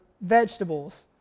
vegetables